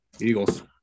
Eagles